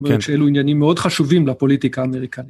כן זאת אומרת שאלו עניינים מאוד חשובים לפוליטיקה האמריקנית.